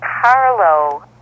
Carlo